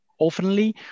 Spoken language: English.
oftenly